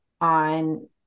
on